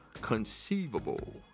conceivable